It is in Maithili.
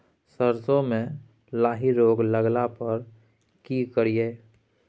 सरसो मे लाही रोग लगला पर की करिये?